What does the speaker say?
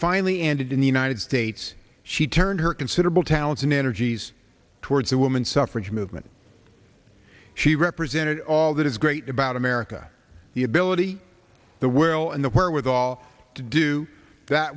finally ended in the united states she turned her considerable talents and energies towards the woman suffrage movement she represented all that is great about america the ability the well and the wherewithal to do that